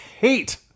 hate